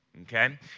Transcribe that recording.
okay